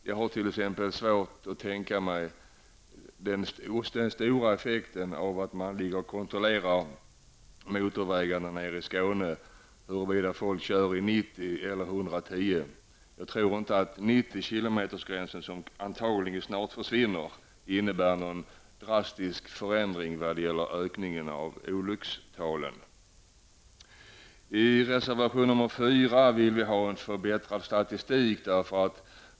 Jag har t.ex. svårt att tänka mig den stora effekten av att kontrollera på motorvägarna nere i Skåne huruvida folk kör 90 kilometer i timmen eller 110 kilometer i timmen. Jag tror inte att 90 kilometersgränsen, som antagligen snart kommer att försvinna, innebär någon drastisk förändring vad gäller ökningen av olyckstalen. I reservation nr 4 vill vi ha en bättre statistik.